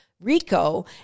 Rico